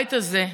הבית הזה,